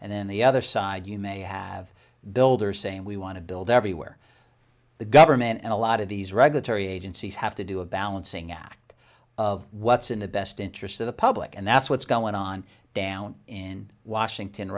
and then the other side you may have builders saying we want to build everywhere the government and a lot of these regulatory agencies have to do a balancing act of what's in the best interest of the public and that's what's going on down in washington